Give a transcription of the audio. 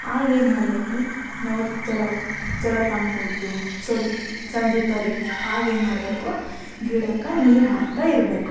ಆಗೇನು ಮಾಡಬೇಕು ನಾವು ಜರಾ ಜರಾ ತಂಪಾಯ್ತು ಸ್ವಲ್ಪ ಸಂಜೆ ಪರಿ ಆಗೇನು ಮಾಡಬೇಕು ಗಿಡಕ್ಕೆ ನೀರು ಹಾಕ್ತಾ ಇರಬೇಕು